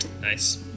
Nice